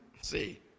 See